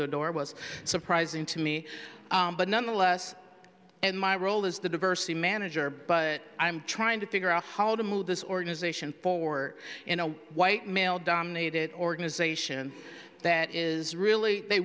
e door was surprising to me but nonetheless in my role as the diversity manager but i'm trying to figure out how to move this organization for in a white male dominated organization that is really they